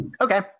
Okay